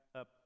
up